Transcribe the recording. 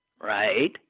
right